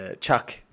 Chuck